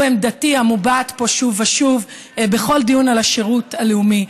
שהוא עמדתי המובעת פה שוב ושוב בכל דיון על השירות הלאומי: